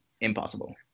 impossible